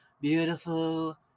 beautiful